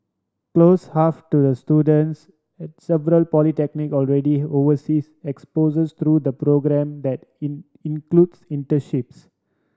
close half to the students at several polytechnic already overseas exposure through the programme that in includes internships